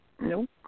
Nope